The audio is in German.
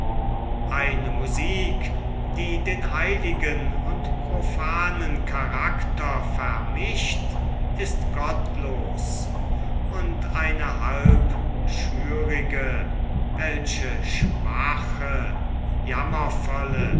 eine musik die den heiligen und profanen charakter vermischt ist gottlos und eine halbschürige welche schwache